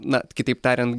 na kitaip tariant